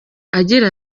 agira